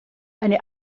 eine